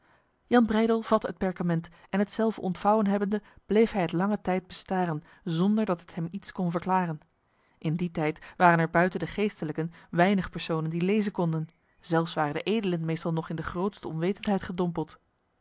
jan breydel vatte het perkament en hetzelve ontvouwen hebbende bleef hij het lange tijd bestaren zonder dat het hem iets kon verklaren in die tijd waren er buiten de geestelijken weinig personen die lezen konden zelfs waren de edelen meestal nog in de grootste onwetendheid gedompeld